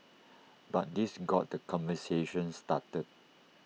but this got the conversation started